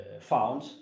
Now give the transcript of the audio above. found